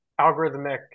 algorithmic